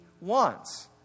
wants